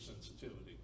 sensitivity